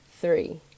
Three